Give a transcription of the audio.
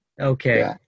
okay